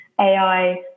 AI